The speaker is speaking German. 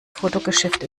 fotogeschäft